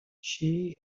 she